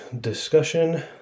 discussion